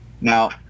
now